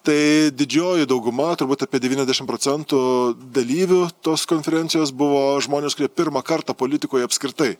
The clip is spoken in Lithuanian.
tai didžioji dauguma turbūt apie devyniasdešim procentų dalyvių tos konferencijos buvo žmonės kurie pirmą kartą politikoj apskritai